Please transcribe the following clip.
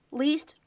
least